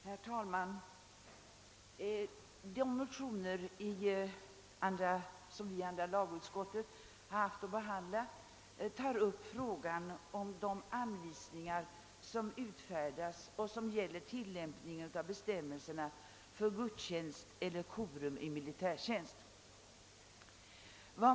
Herr talman! De motioner som behandlas i föreliggande utlåtande från andra lagutskottet tar upp frågan om de anvisningar som utfärdats för tilllämpning av bestämmelserna för gudstjänst eller korum i militärtjänst.